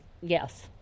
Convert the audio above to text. Yes